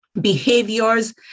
behaviors